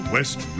West